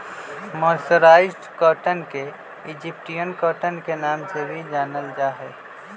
mercerised cotton के Egyptian cotton के नाम से भी जानल जा हई